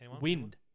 Wind